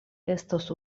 estas